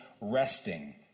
resting